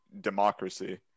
democracy